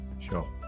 Sure